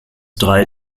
drei